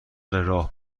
راه